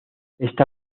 esta